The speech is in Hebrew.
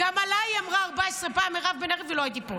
גם עליי היא אמרה 14 פעם מירב בן ארי ולא הייתי פה.